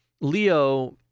Leo